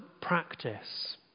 practice